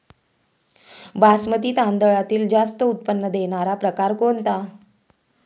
बासमती तांदळातील जास्त उत्पन्न देणारा प्रकार कोणता?